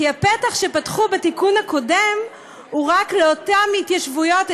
כי הפתח שפתחו בתיקון הקודם הוא רק לאותן התיישבויות,